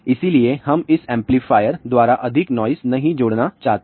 इसलिए हम इस एम्पलीफायर द्वारा अधिक नॉइस नहीं जोड़ना चाहते हैं